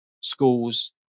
Schools